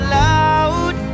loud